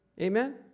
Amen